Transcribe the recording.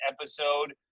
episode